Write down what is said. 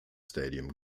stadium